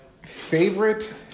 favorite